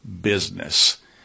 business